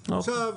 עכשיו,